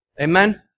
Amen